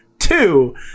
Two